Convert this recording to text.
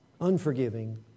unforgiving